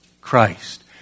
Christ